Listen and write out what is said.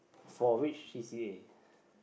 for which c_c_a